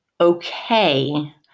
okay